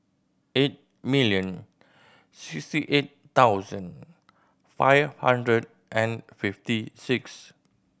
eight million sixty eight thousand five hundred and fifty six